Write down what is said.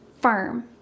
firm